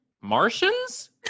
Martians